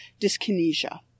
dyskinesia